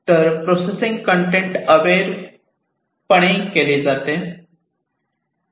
तर processing content aware पणे केली जाते